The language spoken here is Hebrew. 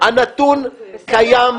הנתון קיים,